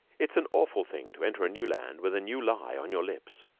it is an awful thing to enter a new land with a new lie on your lips.